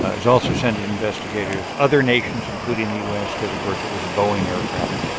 ah is also sending investigators other nations, including the u s, because, of course, it was a boeing aircraft.